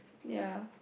ya